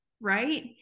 right